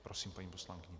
Prosím, paní poslankyně.